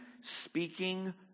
speaking